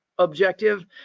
objective